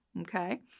Okay